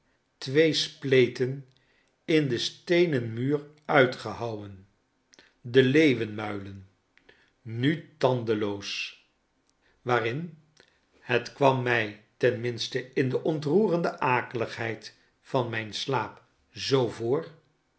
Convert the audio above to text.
twee spleten in den steenen muur uitgehouwen de l e e u w e nmuilen nu tandeloos waarin hetkwam mij ten minste in de ontroerende akeligheid van mijn slaap zoo voor